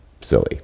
silly